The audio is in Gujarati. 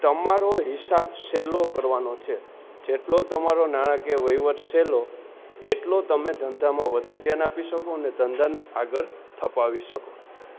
તમારો હિસાબ સહેલો કરવાનો છે જેટલો તમારો નાણાકીય વહીવટ સહેલો એટલો તમે ધંધામાં વધુ ધ્યાન આપી શકો અને ધંધાને આગળ ધપાવી શકો